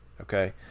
okay